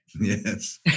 Yes